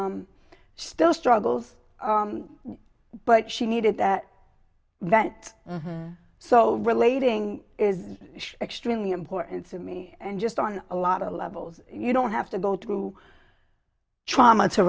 she still struggles but she needed that that so relating is extremely important to me and just on a lot of levels you don't have to go through trauma